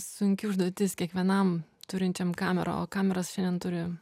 sunki užduotis kiekvienam turinčiam kamerą o kameras šiandien turi